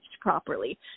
properly